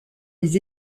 les